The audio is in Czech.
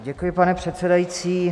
Děkuji, pane předsedající.